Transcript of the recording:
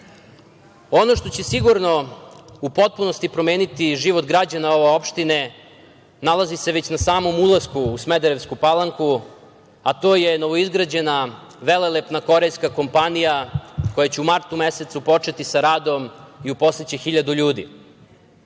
što će sigurno u potpunosti promeniti život građana ove opštine, nalazi se već na samom ulasku u Smederevsku Palanku, a to je novoizgrađena velelepna korejska kompanija koja će u martu mesecu početi sa radom i uposliće 1.000 ljudi.